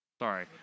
Sorry